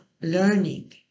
learning